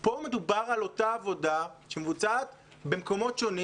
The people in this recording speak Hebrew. פה מדובר על אותה עבודה שמבוצעת במקומות שונים,